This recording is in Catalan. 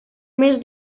més